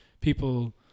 people